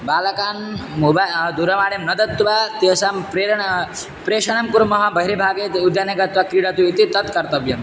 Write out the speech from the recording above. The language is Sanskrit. बालकान् मोबा दूरवाणीं न दत्वा तेषां प्रेरणा प्रेषणं कुर्मः बहिर्भागे उद्याने गत्वा क्रीडतु इति तत् कर्तव्यम्